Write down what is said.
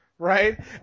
Right